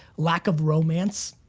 lack of romance.